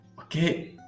okay